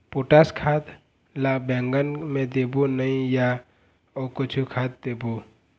Potash खाद ला बैंगन मे देबो नई या अऊ कुछू खाद देबो?